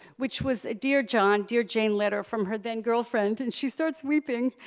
which was a dear john dear jane letter from her then girlfriend, and she starts weeping,